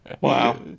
Wow